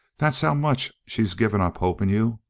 that's how much she's given up hope in you!